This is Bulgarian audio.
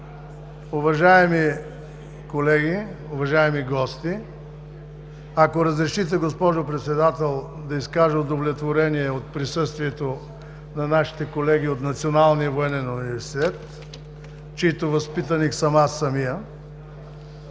Уважаеми колеги, уважаеми гости! Ако разрешите, госпожо Председател, да изкажа удовлетворение от присъствието на нашите колеги от Националния военен университет, чиито възпитаник съм аз самият,